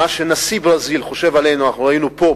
מה שנשיא ברזיל חושב עלינו ראינו פה,